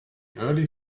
early